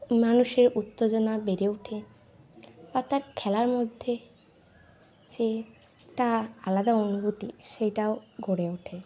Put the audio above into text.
মানুষের উত্তেজনা বেড়ে উঠে বা তার খেলার মধ্যে যে একটা আলাদা অনুভূতি সেইটাও গড়ে ওঠে